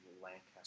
Lancaster